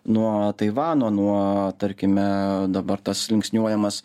nuo taivano nuo tarkime dabar tas linksniuojamas